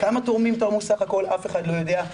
כמה תורמים תרמו בסך הכל, אף אחד לא יודע.